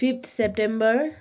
fifth September